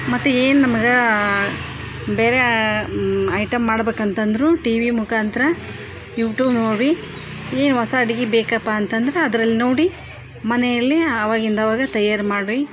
ಮತ್ತು ಏನು ನಮಗೆ ಬೇರೆ ಐಟಮ್ ಮಾಡಬೇಕಂತಂದ್ರು ಟಿವಿ ಮುಖಾಂತರ ಯೂಟೂಬ್ ನೋಡಿ ಏನು ಹೊಸ ಅಡುಗೆ ಬೇಕಪ್ಪ ಅಂತ ಅಂದ್ರೆ ಅದ್ರಲ್ಲಿ ನೋಡಿ ಮನೆಯಲ್ಲಿ ಅವಾಗಿಂದ ಅವಾಗ ತಯಾರು ಮಾಡಿ